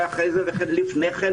אחרי זה ולפני כן,